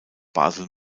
basel